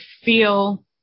feel